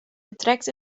vertrekt